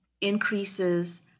increases